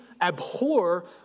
Abhor